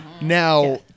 Now